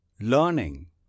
Learning